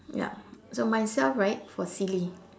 ya so myself right for silly